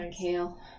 kale